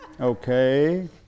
Okay